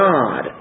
God